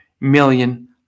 million